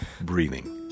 breathing